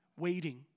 waiting